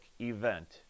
event